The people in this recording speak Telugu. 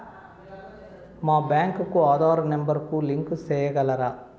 మా బ్యాంకు కు ఆధార్ నెంబర్ కు లింకు సేయగలరా?